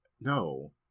No